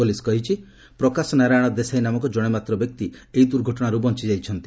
police କହିଛି ଯେ ପ୍ରକାଶ ନାରାୟଣ ଦେଶାଇ ନାମକ ଜଣେ ମାତ୍ର ବ୍ୟକ୍ତି ଏହି ଦୁର୍ଘଟଣାରୁ ବଞ୍ଚି ଯାଇଛନ୍ତି